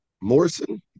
Morrison